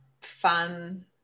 fun